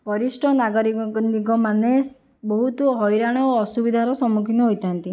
ବରିଷ୍ଠ ନାଗରିକଙ୍କନିକ ମାନେ ସ୍ ବହୁତ ହଇରାଣ ଓ ଅସୁବିଧାର ସମ୍ମୁଖୀନ ହୋଇଥାନ୍ତି